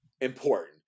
important